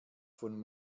von